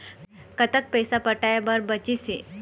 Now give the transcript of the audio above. कतक पैसा पटाए बर बचीस हे?